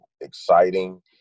exciting